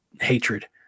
hatred